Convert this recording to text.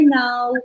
now